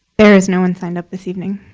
there is no one signed up this evening.